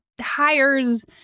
hires